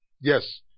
Yes